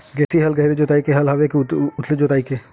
देशी हल गहरी जोताई के हल आवे के उथली जोताई के?